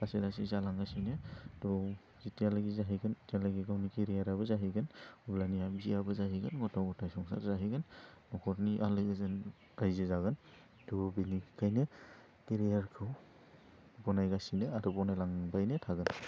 लासै लासै जालांगासिनो थह जिथियालागै जाहैगोन इथियालागै गावनि केरियार आबो जाहैगोन अब्लानिया बियाबो जाहैगोन मथा मथा संसार जाहैगोन न'खरनि आलो गोजोन रायजो जागोन थह बेनिखायनो केरियारखौ बनायगासिनो आरो बनायलांबायनो थागोन